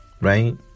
right